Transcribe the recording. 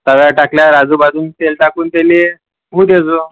तव्यावर टाकल्यावर आजूबाजूने तेल टाकून त्याला होऊ देजो